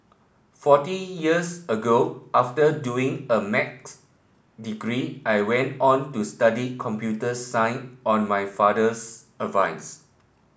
forty years ago after doing a Math's degree I went on to study computer science on my father's advice